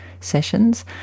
Sessions